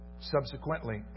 Subsequently